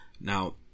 now